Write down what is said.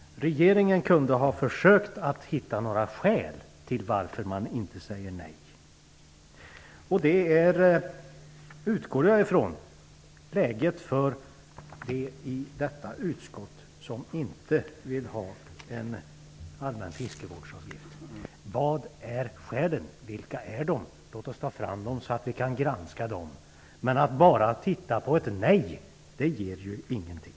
Regeringen kunde ha försökt att hitta några skäl till varför man säger nej. Jag utgår ifrån att det är läget för de ledamöter i detta utskott som inte vill ha en allmän fiskevårdsavgift. Vilka är skälen? Låt oss ta fram dem så att vi kan granska dem. Att bara titta på ett nej ger ingenting.